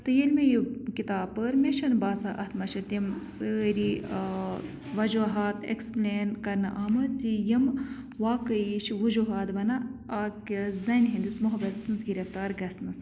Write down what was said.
تہٕ ییٚلہِ مےٚ یہِ کِتاب پٔر مےٚ چھَنہٕ باسان اَتھ منٛز چھِ تِم سٲری وجوٗہات ایکسپٕلین کرنہٕ آمٕتۍ زِ یِم واقعی چھِ وجوٗہات بَنان أکِس زَنہِ ہِنٛدِس محبتَس منٛز گِرفتار گژھنَس